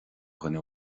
dhuine